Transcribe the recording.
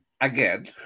again